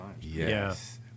Yes